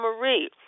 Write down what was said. Marie